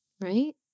Right